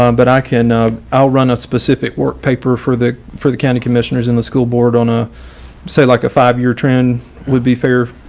um but i can outrun a specific work paper for the for the county commissioners and the school board on a say like a five year trend would be fair.